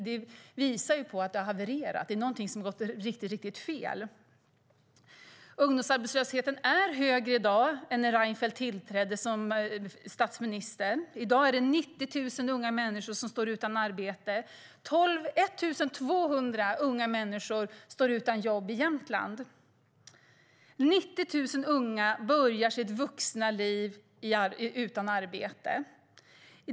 Det visar på att den har havererat. Det är någonting som har gått riktigt fel. Ungdomsarbetslösheten är högre i dag än när Reinfeldt tillträdde som statsminister. I dag är det 90 000 unga människor som står utan arbete. 1 200 unga människor står utan jobb i Jämtland. 90 000 unga börjar sitt vuxna liv utan arbete.